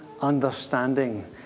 understanding